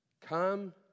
Come